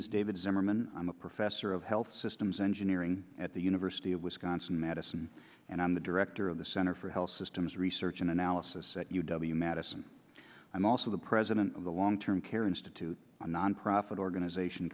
zimmerman i'm a professor of health systems engineering at the university of wisconsin madison and i'm the director of the center for health systems research and analysis at u w madison i'm also the president of the long term care institute a nonprofit organization